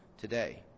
today